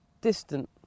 distant